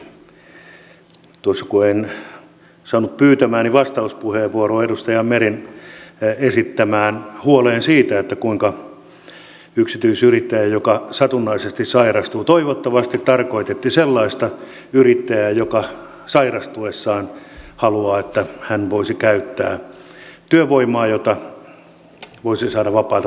tuossa kun en saanut pyytämääni vastauspuheenvuoroa edustaja meren esittämään huoleen yksityisyrittäjästä joka satunnaisesti sairastuu toivottavasti tarkoititte sellaista yrittäjää joka sairastuessaan haluaa että hän voisi käyttää työvoimaa jota voisi saada vapailta markkinoilta